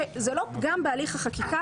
שזה לא פגם בהליך החקיקה,